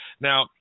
Now